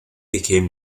became